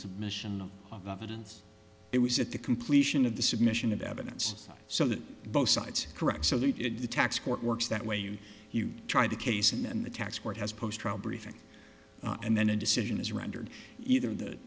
submission of evidence it was at the completion of the submission of evidence so that both sides correct so they did the tax court works that way you you try to case and then the tax court has pushed trial briefing and then a decision is rendered either th